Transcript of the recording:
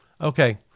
Okay